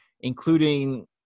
including